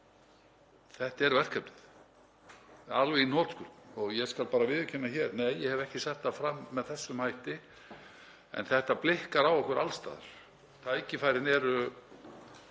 Þetta er verkefnið alveg í hnotskurn og ég skal bara viðurkenna það hér: Nei, ég hef ekki sett það fram með þessum hætti en þetta blikkar á okkur alls staðar. Tækifærin eru,